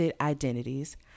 identities